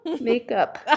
makeup